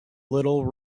little